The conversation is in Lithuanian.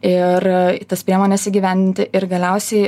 ir tas priemones įgyvendinti ir galiausiai